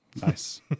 Nice